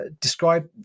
describe